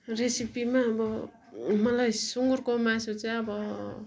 रेसेपीमा अब मलाई सुँगुरको मासु चाहिँ अब